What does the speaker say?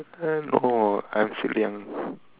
uh no actually I'm